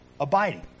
abiding